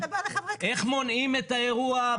איך מונעים את האירוע הבא.